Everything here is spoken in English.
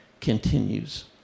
continues